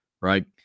Right